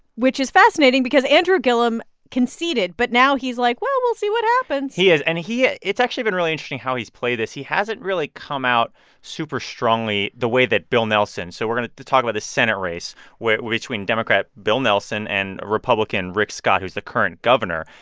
which is fascinating because andrew gillum conceded. but now he's like, well, we'll see what happens he has. and he ah it's actually been really interesting how he's played this. he hasn't really come out super strongly, the way that bill nelson so we're going to talk about the senate race between democrat bill nelson and republican rick scott, who's the current governor.